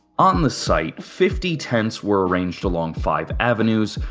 on the site, fifty tents were arranged along five avenues,